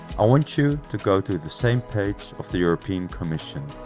i want you to go to the same page of the european commission.